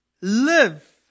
live